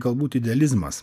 galbūt idealizmas